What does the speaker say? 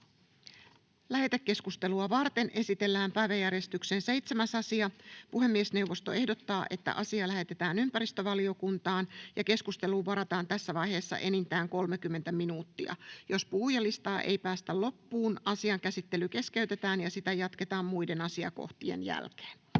Lähetekeskustelua varten esitellään päiväjärjestyksen 7. asia. Puhemiesneuvosto ehdottaa, että asia lähetetään ympäristövaliokuntaan. Keskusteluun varataan tässä vaiheessa enintään 30 minuuttia. Jos puhujalistaa ei päästä loppuun, asian käsittely keskeytetään ja sitä jatketaan muiden asiakohtien jälkeen.